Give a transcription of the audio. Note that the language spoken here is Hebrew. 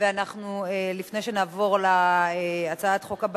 ונעבור לתוצאות: